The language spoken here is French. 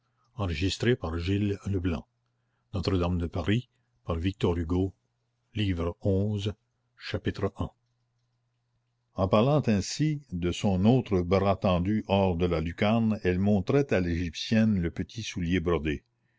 genoux en parlant ainsi de son autre bras tendu hors de la lucarne elle montrait à l'égyptienne le petit soulier brodé